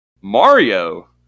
Mario